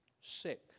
Sick